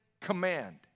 command